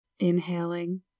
inhaling